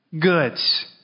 goods